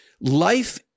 life